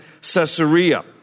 Caesarea